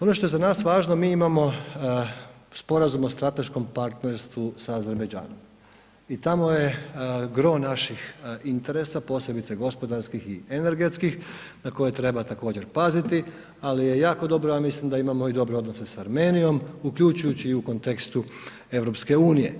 Ono što je za nas važno, mi imamo Sporazum o strateškom partnerstvu sa Azerbajdžanom i tamo je gro naših interesa, posebice gospodarskih i energetskih na koje treba također paziti, ali je jako dobro ja mislim da imamo dobre odnose sa Armenijom uključujući i u kontekstu EU.